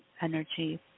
energy